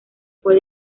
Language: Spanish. fue